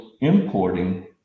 importing